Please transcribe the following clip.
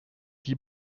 guy